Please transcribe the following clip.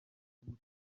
filime